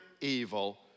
evil